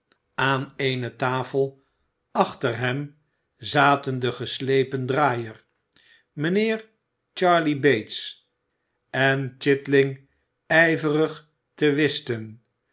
aan eene tafel achter hem zaten de geslepen draaier mijnheer charley bates en chitling ijverig te whisten